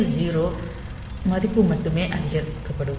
TL 0 மதிப்பு மட்டுமே அதிகரிக்கப்படும்